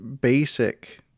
basic